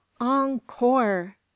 Encore